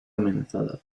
amenazada